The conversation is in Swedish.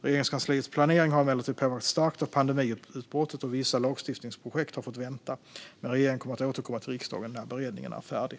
Regeringskansliets planering har emellertid påverkats starkt av pandemiutbrottet, och vissa lagstiftningsprojekt har fått vänta. Regeringen kommer att återkomma till riksdagen när beredningen är färdig.